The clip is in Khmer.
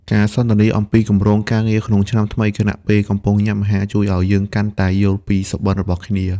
ការសន្ទនាអំពីគម្រោងការងារក្នុងឆ្នាំថ្មី ខណៈពេលកំពុងញ៉ាំអាហារ ជួយឱ្យយើងកាន់តែយល់ពីសុបិនរបស់គ្នា។